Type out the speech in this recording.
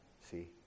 See